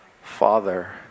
father